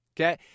okay